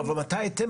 אבל מתי אתם,